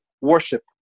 worship